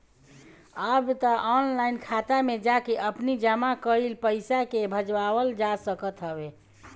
अब तअ ऑनलाइन खाता में जाके आपनी जमा कईल पईसा के भजावल जा सकत हवे